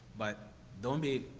but don't be,